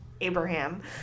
Abraham